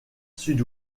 sud